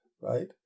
right